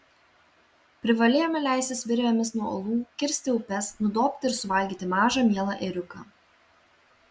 privalėjome leistis virvėmis nuo uolų kirsti upes nudobti ir suvalgyti mažą mielą ėriuką